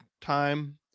time